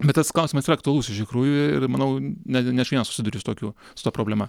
bet tas klausimas yra aktualus iš tikrųjų ir manau ne ne aš vienas susiduriu su tokiu su ta problema